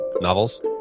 novels